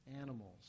animals